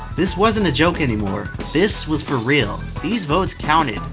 this wasn't a joke anymore. this was for real. these votes counted.